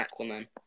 Aquaman